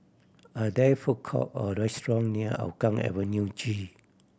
are there food court or restaurant near Hougang Avenue G